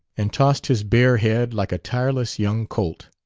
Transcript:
and tossed his bare head like a tireless young colt.